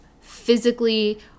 physically